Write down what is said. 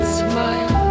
smile